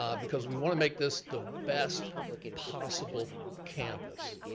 um because we wanna make this the best possible campus.